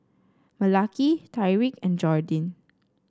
Malaki Tyrik and Jordyn